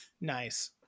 Nice